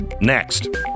next